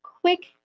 quick